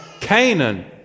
Canaan